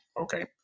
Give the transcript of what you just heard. okay